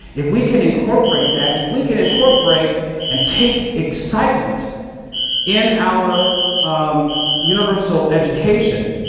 if we can incorporate that, if we can incorporate and take excitement in our um universal education,